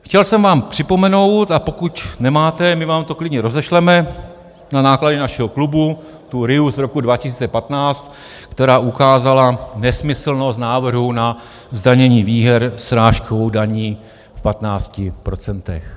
Chtěl jsem vám připomenout a pokud nemáte, my vám to klidně rozešleme na náklady našeho klubu, tu RIA z roku 2015, která ukázala nesmyslnost návrhu na zdanění výher srážkovou daní v patnácti procentech.